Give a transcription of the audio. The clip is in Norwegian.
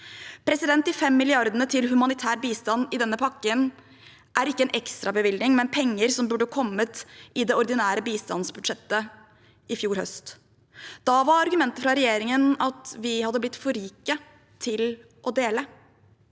De fem milliardene til humanitær bistand i denne pakken er ikke en ekstrabevilgning, men penger som burde kommet i det ordinære bistandsbudsjettet i fjor høst. Da var argumentet fra regjeringen at vi hadde blitt for rike til å dele.